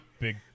big